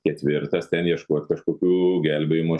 ketvirtas ten ieškot kažkokių gelbėjimo